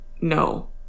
no